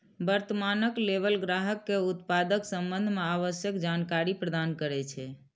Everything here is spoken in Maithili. वर्णनात्मक लेबल ग्राहक कें उत्पादक संबंध मे आवश्यक जानकारी प्रदान करै छै